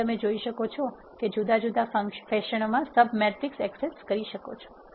તેથી તમે જોઈ શકો છો કે જુદા જુદા ફેશનોમાં સબ મેટ્રિક્સ એક્સેસ કરી શકો છો